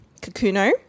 kakuno